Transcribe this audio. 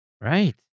Right